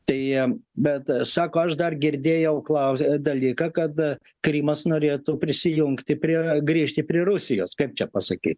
tai bet sako aš dar girdėjau klausia dalyką kad krymas norėtų prisijungti prie grįžti prie rusijos kaip čia pasakyt